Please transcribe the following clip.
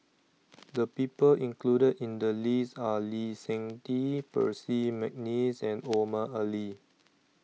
The People included in The list Are Lee Seng Tee Percy Mcneice and Omar Ali